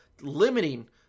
limiting